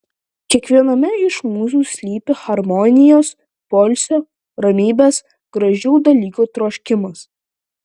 kiekviename iš mūsų slypi harmonijos poilsio ramybės gražių dalykų troškimas